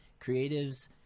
creatives